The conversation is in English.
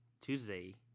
Tuesday